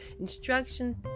instructions